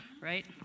right